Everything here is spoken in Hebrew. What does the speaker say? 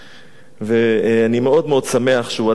ואני מאוד מאוד שמח שהוא עדיין מרגיז